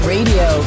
Radio